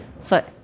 foot